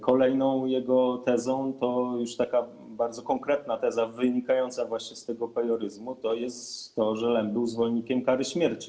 Kolejną jego tezą, to już taka bardzo konkretna teza, wynikającą właśnie z pejoryzmu, to jest to, że Lem był zwolennikiem kary śmierci.